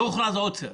לא הוכרז עוצר.